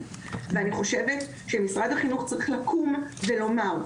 ואני חושבת שמשרד החינוך צריך לקום ולומר,